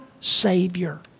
Savior